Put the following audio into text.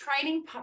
training